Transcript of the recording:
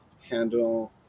handle